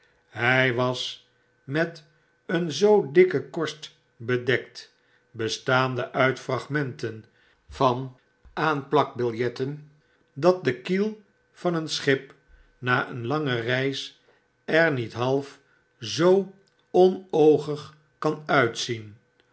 hy was met een zoo dikke korst bedekt bestaande uit fragmenten van aanplakbiljetten dat de kiel van een schip na een lange reis er niet half zoo onoogig kan uitzien